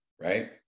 right